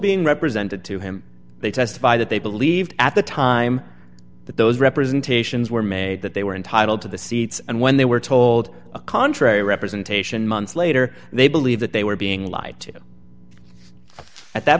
being represented to him they testified that they believed at the time that those representations were made that they were entitled to the seats and when they were told contrary representation months later they believe that they were being lied to at that